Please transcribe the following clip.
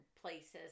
places